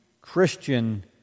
Christian